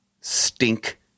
stink